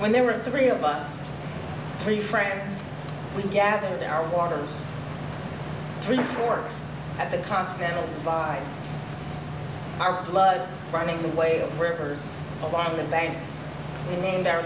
when there were three of us three friends we gathered in our waters three forks at the continental divide our blood running the way of rivers along the banks we named our